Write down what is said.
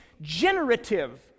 generative